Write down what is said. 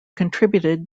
contributed